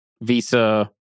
Visa